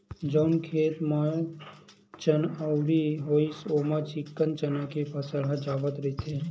जउन खेत म चनउरी होइस ओमा चिक्कन चना के फसल ह जावत रहिथे